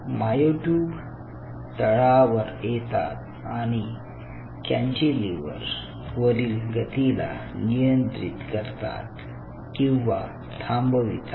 myotube तळावर येतात आणि कॅन्टीलिव्हर वरील गतीला नियंत्रित करतात किंवा थांबवितात